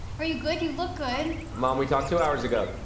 are you good? you look good. mom, we talked two hours ago.